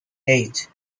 eight